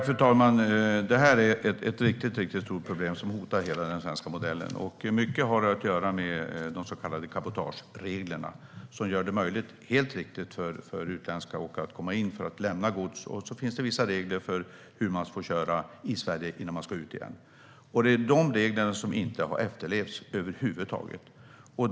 Fru talman! Detta är ett riktigt stort problem som hotar hela den svenska modellen. Mycket har att göra med de så kallade cabotagereglerna. De gör det - helt riktigt - möjligt för utländska åkare att komma in för att lämna gods, och så finns det vissa regler för hur de får köra i Sverige innan de ska ut igen. Det är dessa regler som inte har efterlevts över huvud taget.